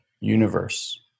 universe